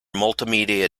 multimedia